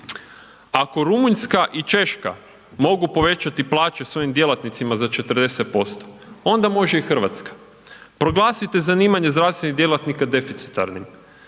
Ako Rumunjska i Češka mogu povećati plaće svojim djelatnicima za 40%, onda može i RH. Proglasite zanimanje zdravstvenih djelatnika deficitarnim,